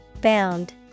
Bound